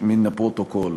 מן הפרוטוקול.